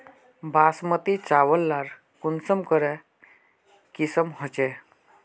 बासमती चावल लार कुंसम करे किसम होचए?